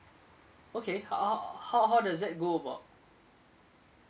okay how how how does that go about